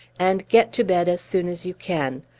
and get to bed as soon as you can.